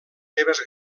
seves